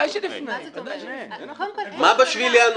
לפני.